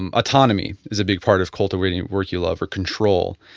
and autonomy is a big part of cultivating work you love or control.